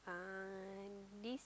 uh this